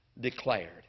declared